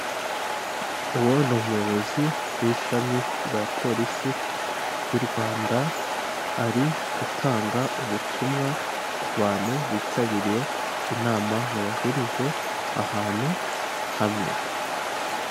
Uwo ni umuyobozi w'ishami rya polisi y'u Rwanda ari gutanga ubutumwa ku bantu bitabiriye inama yabahurije ahantu hamwe.